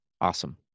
Awesome